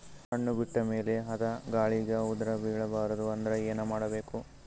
ಹಣ್ಣು ಬಿಟ್ಟ ಮೇಲೆ ಅದ ಗಾಳಿಗ ಉದರಿಬೀಳಬಾರದು ಅಂದ್ರ ಏನ ಮಾಡಬೇಕು?